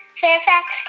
fairfax,